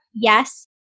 Yes